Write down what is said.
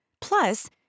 Plus